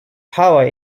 power